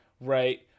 Right